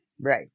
Right